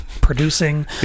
producing